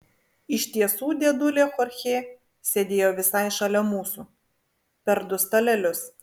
iš tiesų dėdulė chorchė sėdėjo visai šalia mūsų per du stalelius